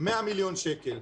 100 מיליון שקלים.